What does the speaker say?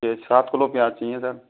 ये सात किलो प्याज़ चाहिए सर